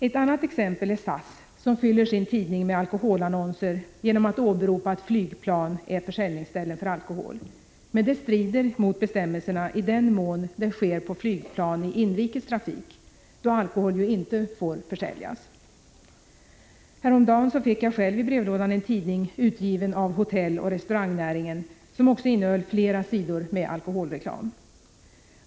Ett annat exempel är SAS, som fyller sin tidning med alkoholannonser genom att åberopa att flygplan är försäljningsställen för alkohol. Men det strider mot bestämmelserna i den mån det sker på flygplan i inrikes trafik, då alkohol ju inte får försäljas. Häromdagen fick jag själv i brevlådan en tidning utgiven av hotelloch restaurangnäringen, och även den innehöll flera sidor alkoholreklam.